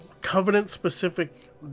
Covenant-specific